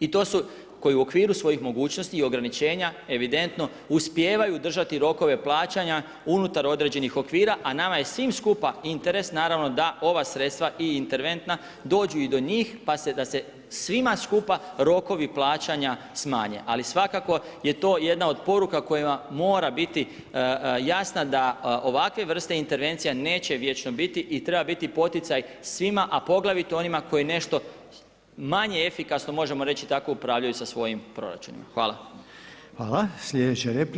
i to su koji u okviru svojih mogućnosti i ograničenja evidentno uspijevaju držati rokove plaćanja unutar određenih okvira a nama je svima skupa interes da ova sredstva i interventna dođu i do njih pa da se svima skupa rokovi plaćanja smanje, ali svakako je to jedna od poruka kojima mora biti jasna da ovakve vrste intervencija neće vječno biti i treba biti poticaj svima a poglavito onima koji nešto manje efikasno možemo reći tako upravljaju sa svojim proračunom.